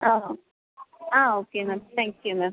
ah ah okay ma'am thank you ma'am